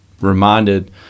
reminded